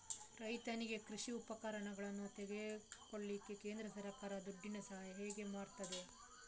ರೈತನಿಗೆ ಕೃಷಿ ಉಪಕರಣಗಳನ್ನು ತೆಗೊಳ್ಳಿಕ್ಕೆ ಕೇಂದ್ರ ಸರ್ಕಾರ ದುಡ್ಡಿನ ಸಹಾಯ ಹೇಗೆ ಮಾಡ್ತದೆ?